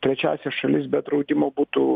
trečiąsias šalis be draudimo būtų